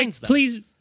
please